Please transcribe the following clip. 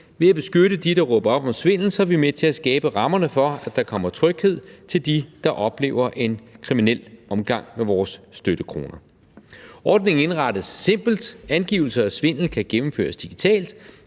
Ved at beskytte de, der råber op om svindel, er vi med til at skabe rammerne for, at der kommer tryghed til de, der oplever en kriminel omgang med vores støttekroner. Ordningen indrettes simpelt: Angivelse af svindel kan gennemføres digitalt,